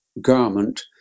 garment